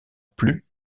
plus